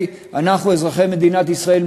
אזרחי מדינת ישראל,